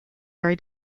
very